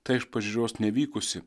ta iš pažiūros nevykusi